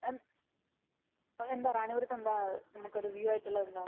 A എന്താണ് റാണിപുരത്തെന്താ നമുക്ക് ഒരു വ്യൂ ആയിട്ടുള്ളത് എന്താണ്